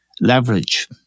leverage